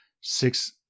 six